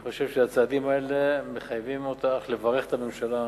אני חושב שהצעדים האלה מחייבים אותך לברך את הממשלה.